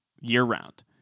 year-round